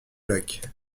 lac